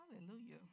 Hallelujah